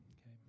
Okay